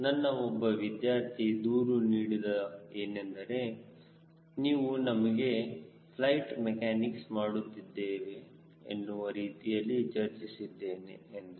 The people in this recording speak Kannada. ನನ್ನ ಒಬ್ಬ ವಿದ್ಯಾರ್ಥಿ ದೂರು ನೀಡಿದ ಏನೆಂದರೆ ನೀವು ನಮಗೆ ಫ್ಲೈಟ್ ಮೆಕ್ಯಾನಿಕ್ ಮಾಡುತ್ತಿದ್ದೇವೆ ಎನ್ನುವ ರೀತಿಯಲ್ಲಿ ಚರ್ಚಿಸಿದ್ದೇನೆ ಎಂದು